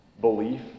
belief